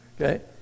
okay